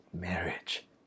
marriage